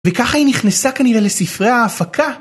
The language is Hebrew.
וככה היא נכנסה כנראה לספרי ההפקה.